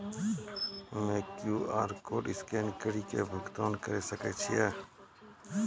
हम्मय QR code scan कड़ी के भुगतान करें सकय छियै?